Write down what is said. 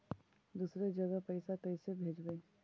दुसरे जगह पैसा कैसे भेजबै?